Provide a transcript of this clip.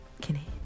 Kenny